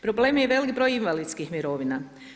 Problem je velik broj invalidskih mirovina.